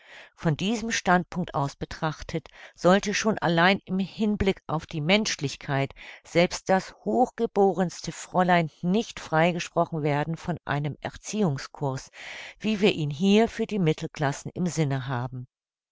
von diesem standpunkt aus betrachtet sollte schon allein im hinblick auf die menschlichkeit selbst das hochgeborenste fräulein nicht freigesprochen werden von einem erziehungscurs wie wir ihn hier für die mittelklassen im sinne haben